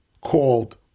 called